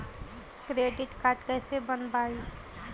Credit card कैसे बनवाई?